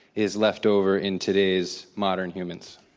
is left over in today's modern humans?